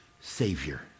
savior